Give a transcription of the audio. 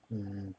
mm